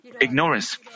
ignorance